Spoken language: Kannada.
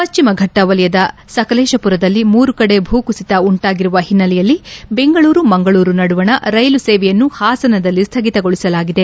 ಪಠ್ಚಿಮಘಟ್ಟ ವಲಯದ ಸಕಲೇಶಪುರದಲ್ಲಿ ಮೂರು ಕಡೆ ಭೂ ಕುಸಿತ ಉಂಟಾಗಿರುವ ಹಿನ್ನೆಲೆಯಲ್ಲಿ ಬೆಂಗಳೂರು ಮಂಗಳೂರು ನಡುವಣ ರೈಲು ಸೇವೆಯನ್ನು ಹಾಸನದಲ್ಲಿ ಸ್ಹಗಿತಗೊಳಿಸಲಾಗಿದೆ